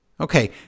Okay